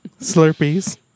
slurpees